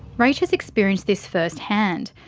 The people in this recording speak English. rach has experienced this first hand.